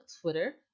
Twitter